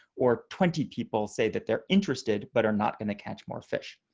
or twenty people say that they're interested but are not going to catch more fish.